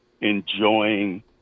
enjoying